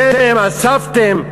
אתם אספתם,